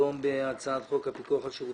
על סדר היום הצעת חוק הפיקוח על שירותים